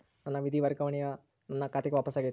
ನನ್ನ ನಿಧಿ ವರ್ಗಾವಣೆಯು ನನ್ನ ಖಾತೆಗೆ ವಾಪಸ್ ಆಗೈತಿ